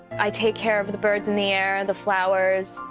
i take care of the birds in the air, the flowers.